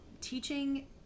teaching